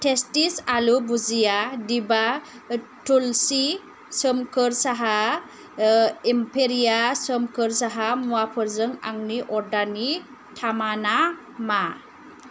testis आलु भुजिया दिभा थुल्सि सोमखोर साहा एम्पेरिया सोमखोर साहा मुवाफोरजों आंनि अर्डारनि थामाना मा